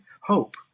hope